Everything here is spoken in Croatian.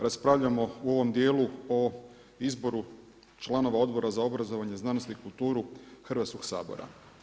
Raspravljamo u ovom dijelu o izboru članova Odbora za obrazovanje, znanost i kulturu Hrvatskog sabora.